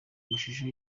amashusho